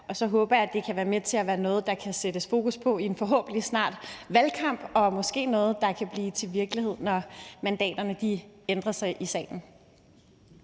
og så håber jeg, at det kan være noget, der kan sættes fokus på i en valgkamp, der forhåbentlig kommer snart, og måske noget, der kan blive til virkelighed, når mandaterne ændrer sig i salen.